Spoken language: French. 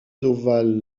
ovales